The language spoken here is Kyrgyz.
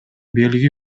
белги